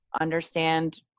understand